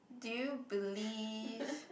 do you believe